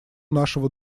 нашего